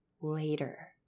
later